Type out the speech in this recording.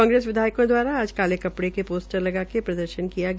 कांग्रेस विधायकों द्वारा आज काले कपड़े के पोस्टर लगाकर प्रदर्शन किया गया